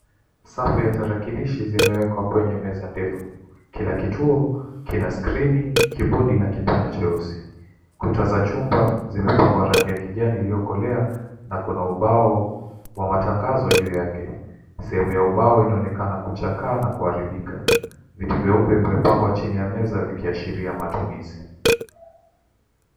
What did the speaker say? Safu ya tarakilishi zimewekwa kwenye meza ndefu. Kila kituo kina skrini, kibodi na kipanya cheusi. Kuta za chumba zimepakwa rangi ya kijani iliokolea na kuna ubao wa matangazo juu yake. Sehemu ya ubao inaonekana kuchakaa na kuharibika. Viti vyeupe vimepangwa chini ya meza vikiashiria matumizi.